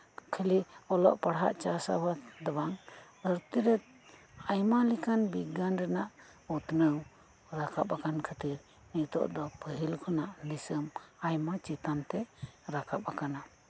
ᱠᱷᱟᱹᱞᱤ ᱚᱞᱚᱜ ᱯᱟᱲᱦᱟᱜ ᱪᱟᱥ ᱟᱵᱟᱫᱽ ᱫᱚ ᱵᱟᱝ ᱫᱷᱟᱨᱛᱤ ᱟᱭᱢᱟ ᱞᱮᱠᱟᱱ ᱵᱤᱜᱽᱜᱟᱱ ᱨᱮᱭᱟᱜ ᱩᱛᱱᱟᱹᱣ ᱨᱟᱠᱟᱵ ᱟᱠᱟᱱ ᱠᱷᱟᱹᱛᱤᱨ ᱱᱤᱛᱚᱜ ᱯᱟᱹᱦᱤᱞ ᱠᱷᱚᱱᱟᱜ ᱫᱤᱥᱚᱢ ᱟᱭᱢᱟ ᱪᱮᱛᱟᱱ ᱛᱮ ᱨᱟᱠᱟᱵ ᱟᱠᱟᱱᱟ